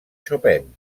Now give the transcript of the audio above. chopin